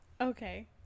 Okay